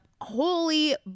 Holy